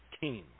team